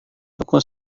toko